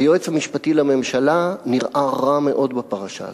היועץ המשפטי לממשלה נראה רע מאוד בפרשה הזאת.